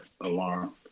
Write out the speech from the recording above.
alarm